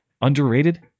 underrated